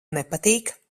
nepatīk